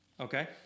Okay